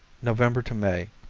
november to may.